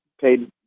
paid